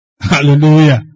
Hallelujah